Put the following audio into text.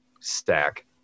stack